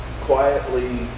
quietly